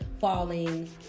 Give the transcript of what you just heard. falling